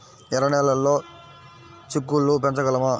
ఎర్ర నెలలో చిక్కుళ్ళు పెంచగలమా?